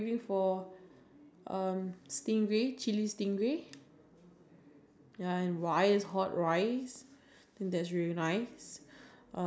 like drama about real life I think is very nice but other than that if it's like if it's like not real is it what non fiction or is it fiction fiction